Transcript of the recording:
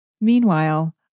Meanwhile